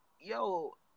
yo